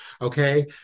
okay